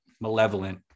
malevolent